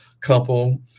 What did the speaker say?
couple